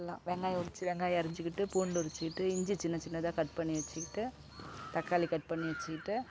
எல்லாம் வெங்காயம் உரித்து வெங்காயம் அறிஞ்சுகிட்டு பூண்டு உரித்துகிட்டு இஞ்சி சின்ன சின்னதாக கட் பண்ணி வச்சுக்கிட்டு தக்காளி கட் பண்ணி வச்சுக்கிட்டு